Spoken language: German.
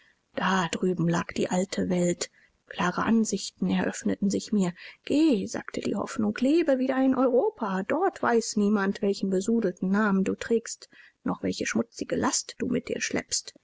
da drüben lag die alte welt klare aussichten eröffneten sich mir geh sagte die hoffnung lebe wieder in europa dort weiß niemand welchen besudelten namen du trägst noch welche schmutzige last du mit dir schleppst